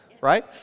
Right